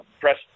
press